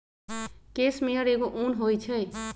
case मेयर एगो उन होई छई